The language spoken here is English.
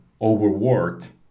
overworked